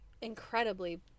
incredibly